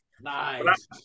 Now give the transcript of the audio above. Nice